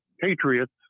Patriots